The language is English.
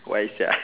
why sia